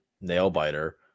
nail-biter